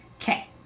okay